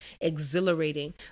exhilarating